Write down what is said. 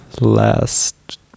last